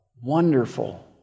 wonderful